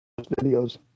videos